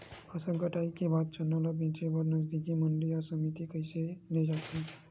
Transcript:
फसल कटाई के बाद चना ला बेचे बर नजदीकी मंडी या समिति मा कइसे ले जाथे?